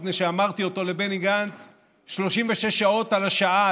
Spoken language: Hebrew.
מפני שאמרתי אותו לבני גנץ 36 שעות על השעה